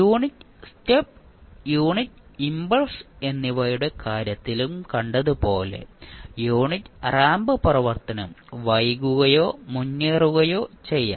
unit step unit impulse എന്നിവയുടെ കാര്യത്തിലും കണ്ടതുപോലെ യൂണിറ്റ് റാമ്പ് പ്രവർത്തനം വൈകുകയോ മുന്നേറുകയോ ചെയ്യാം